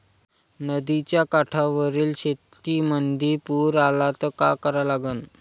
नदीच्या काठावरील शेतीमंदी पूर आला त का करा लागन?